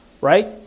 Right